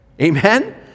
Amen